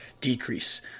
decrease